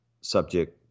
subject